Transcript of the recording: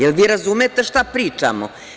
Da li vi razumete šta pričamo?